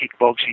kickboxing